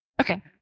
Okay